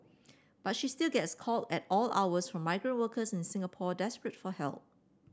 but she still gets call at all hours from migrant workers in Singapore desperate for help